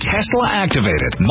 Tesla-activated